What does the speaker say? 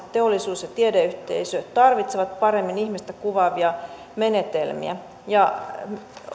teollisuus ja tiedeyhteisö tarvitsevat paremmin ihmistä kuvaavia menetelmiä